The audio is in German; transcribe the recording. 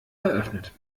eröffnet